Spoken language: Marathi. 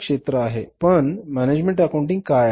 पण मॅनेजमेंट अकाउंटिंग काय आहे